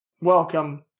Welcome